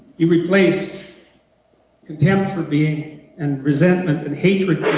you replace contempt for being and resentment and hatred